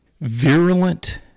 virulent